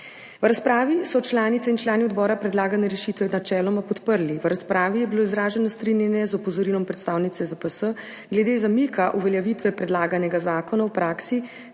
V razpravi so članice in člani odbora predlagane rešitve načeloma podprli. V razpravi je bilo izraženo strinjanje z opozorilom predstavnice ZPS glede zamika uveljavitve predlaganega zakona v praksi